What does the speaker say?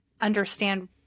understand